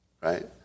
right